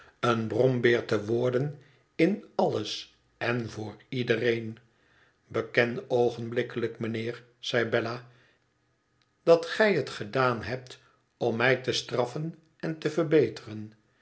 een brombeer te worden in alles en voor iedereen beken oogenblikkelijk mijnheer zei bella t dat gij het gedaan hebt om mij te straffen en te verbeteren